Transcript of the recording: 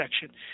section